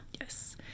Yes